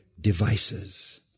devices